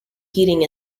heating